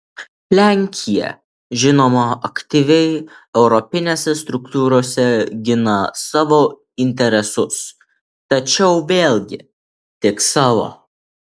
lenkija žinoma aktyviai europinėse struktūrose gina savo interesus tačiau vėlgi tik savo